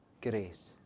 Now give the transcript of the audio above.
grace